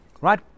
right